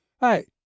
hey